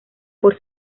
por